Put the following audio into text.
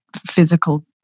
physical